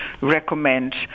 recommend